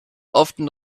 often